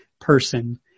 person